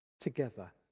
together